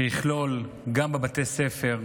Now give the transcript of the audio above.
שיצוין גם בבתי ספר,